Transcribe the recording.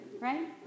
right